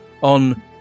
on